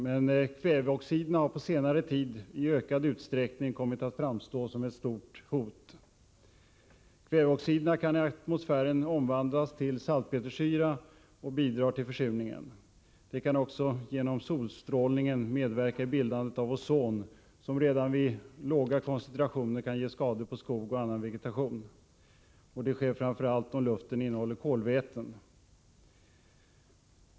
Men kväveoxiden har på senare tid i ökad utsträckning kommit att framstå som ett stort hot. Kväveoxiderna kan i atmosfären omvandlas till salpetersyra och bidra till försurningen. De kan också genom solstrålningen medverka i bildandet av ozon, som redan vid låga koncentrationer kan ge skador på skog och annan vegetation. Det sker framför allt om luften innehåller kolväten.